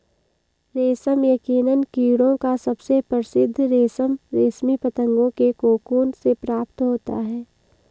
रेशम यकीनन कीड़ों का सबसे प्रसिद्ध रेशम रेशमी पतंगों के कोकून से प्राप्त होता है